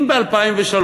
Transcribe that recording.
אם ב-2003,